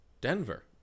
Denver